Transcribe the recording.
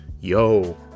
yo